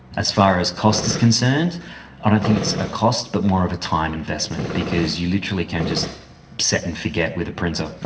as far as cost is concerned i don't think it's a cost but more of a time investment, because you literally can just set and forget with a printer.